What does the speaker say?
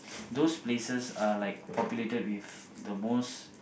those places are like populated with the most